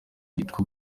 yitwa